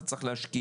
אתה צריך להשקיע.